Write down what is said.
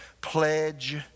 Pledge